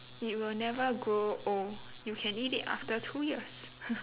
it will never grow old you can eat it after two years